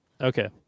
okay